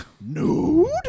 Nude